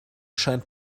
scheint